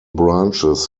branches